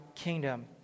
kingdom